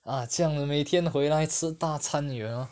ah 这样每天回来吃大餐 you know